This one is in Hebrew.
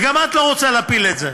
וגם את לא רוצה להפיל את זה.